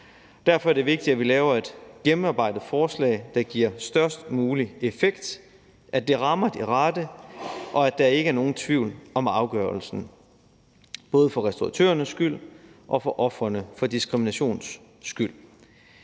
Derfor er det vigtigt, at vi laver et gennemarbejdet forslag, der giver størst mulig effekt, at det rammer de rette, og at der ikke er nogen tvivl om afgørelsen, både for restauratørernes skyld og for ofrene for diskriminations skyld.